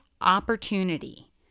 opportunity